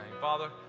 father